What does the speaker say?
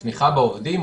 בתמיכה בעובדים,